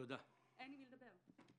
אין עם מי לדבר.